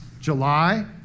July